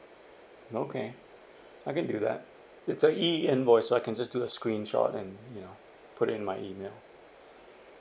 okay I can do that it's a E invoice so I can just do a screenshot and you know put it in my email